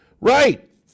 Right